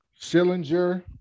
Schillinger